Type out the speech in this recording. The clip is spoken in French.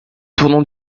tournant